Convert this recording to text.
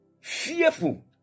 fearful